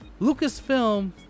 Lucasfilm